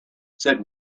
said